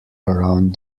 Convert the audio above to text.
around